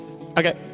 Okay